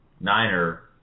Niner